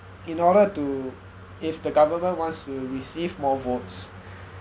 in order to if the government wants to receive more votes